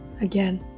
again